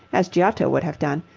as giotto would have done,